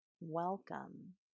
welcome